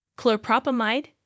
chlorpropamide